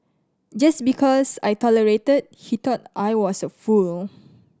just because I tolerated he thought I was a fool